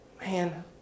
Man